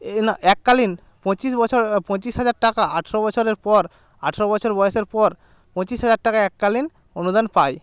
এ না এককালীন পঁচিশ বছর পঁচিশ হাজার টাকা আঠেরো বছরের পর আঠেরো বছর বয়সের পর পঁচিশ হাজার টাকা এককালীন অনুদান পায়